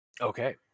Okay